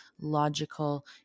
logical